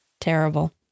Terrible